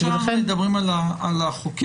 כשאנחנו מדברים על החוקר,